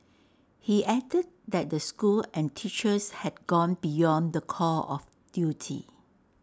he added that the school and teachers had gone beyond the call of duty